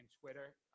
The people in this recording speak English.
Twitter